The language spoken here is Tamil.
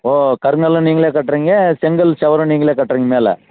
ஓ கருங்கல்லும் நீங்களே கட்டுறிங்க செங்கல் செவுரும் நீங்களே கட்டுறிங்க மேலே